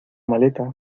maleta